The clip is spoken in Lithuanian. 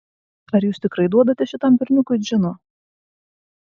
ar jūs tikrai duodate šitam berniukui džino